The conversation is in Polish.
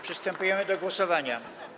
Przystępujemy do głosowania.